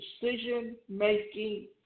decision-making